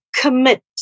commit